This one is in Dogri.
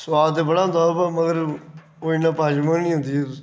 सुआद ते बड़ा होंदा मगर ओह् इन्नी पाचम नी हुंदी